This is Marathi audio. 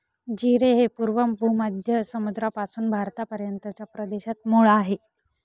जीरे हे पूर्व भूमध्य समुद्रापासून भारतापर्यंतच्या प्रदेशात मूळ आहे